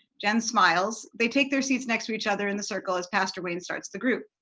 jen smiles. they take their seats next to each other in the circle as pastor wayne starts the group.